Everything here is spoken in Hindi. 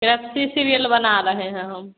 से अच्छी सीरियल बना रहे हैं हम